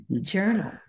journal